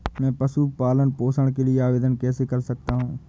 मैं पशु पालन पोषण के लिए आवेदन कैसे कर सकता हूँ?